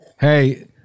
Hey